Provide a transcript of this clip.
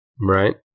Right